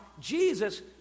Jesus